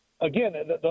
again